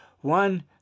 One